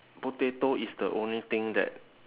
potato is the only thing that